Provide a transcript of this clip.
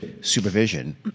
supervision